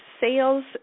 sales